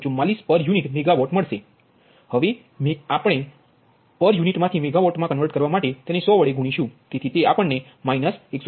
744 પર unit megawatt મળશે હવે મેગાવોટ મા તે આપણ ને 1